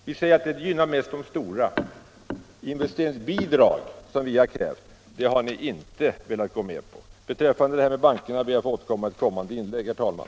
Vi anser att investeringsavdragen mest gynnar de stora företagen, men investeringsbidrag t.ex., som vi har krävt, har socialdemokraterna inte velat gå med på. Beträffande bankerna ber jag att få återkomma i ett senare inlägg, herr talman.